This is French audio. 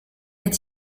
est